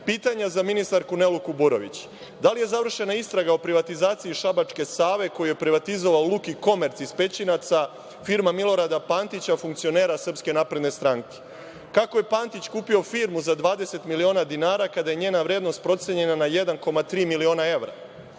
pitanja za ministarku Nelu Kuburović: da li je završena istraga o privatizaciji šabačke „Save“ koju je privatizovao „Luki komerc“ iz Pećinaca, firma Milorada Pantića, funkcionera Srpske napredne stranke? Kako je Pantić kupio firmu za 20 miliona dinara, kada je njena vrednost procenjena na 1,3 miliona evra?